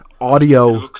Audio